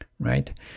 right